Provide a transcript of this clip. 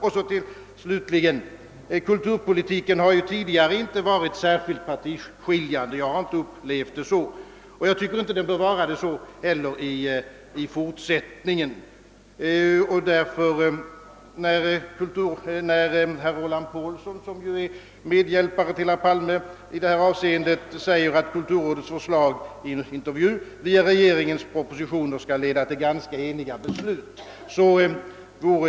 För det tredje, slutligen: kulturpolitiken har tidigare inte varit särskilt partiskiljande, och jag tycker inte den bör vara det heller i fortsättningen. Herr Roland Pålsson, som ju är medhjälpare till herr Palme på detta område, säger i en intervju, att kulturrådets förslag via regeringens propositioner skall leda till ganska eniga be slut.